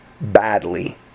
badly